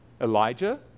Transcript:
Elijah